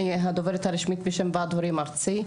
אני הדוברת הרשמית בשם ועד ההורים הארצי.